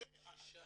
שישה.